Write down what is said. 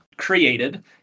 created